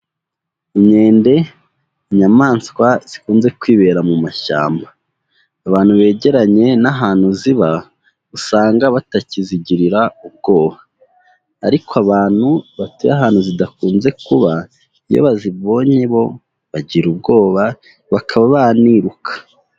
Inkende inyamaswa zikunze kwibera mu mashyamba. Abantu begeranye n'ahantu ziba, usanga batakizigirira ubwoba ariko abantu batuye ahantu zidakunze kuba, iyo bazibonye bo bagira ubwoba bakaba baniruka.